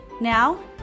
Now